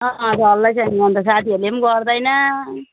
अँ अँ चल्दैछ नि अन्त साथीहरूले पनि गर्दैन